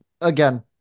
again